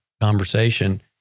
conversation